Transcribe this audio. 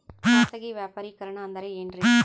ಖಾಸಗಿ ವ್ಯಾಪಾರಿಕರಣ ಅಂದರೆ ಏನ್ರಿ?